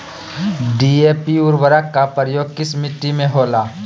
DAP उर्वरक का प्रयोग किस मिट्टी में होला?